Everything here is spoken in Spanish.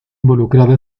involucrada